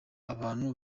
abantu